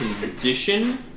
condition